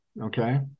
Okay